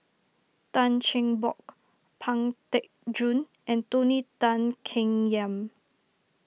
Tan Cheng Bock Pang Teck Joon and Tony Tan Keng Yam